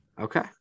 Okay